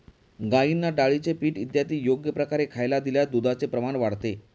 गाईंना डाळीचे पीठ इत्यादी योग्य प्रकारे खायला दिल्यास दुधाचे प्रमाण वाढते